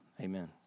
Amen